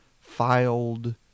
filed